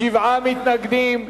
שבעה מתנגדים,